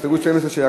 כך, סעיפים 2 ו-3